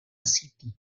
city